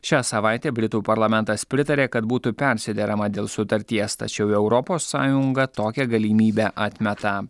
šią savaitę britų parlamentas pritarė kad būtų persiderama dėl sutarties tačiau europos sąjunga tokią galimybę atmeta